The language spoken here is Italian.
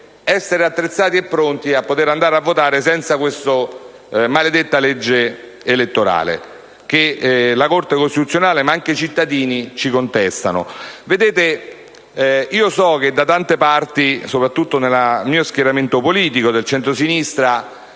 essere attrezzati e pronti per poter andare a votare senza questa maledetta legge elettorale che la Corte costituzionale, così come i cittadini, ci contestano. So che da tante parti, soprattutto nel mio schieramento politico, il centrosinistra,